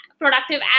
productive